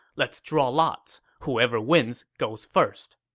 let's draw lots. whoever wins goes first.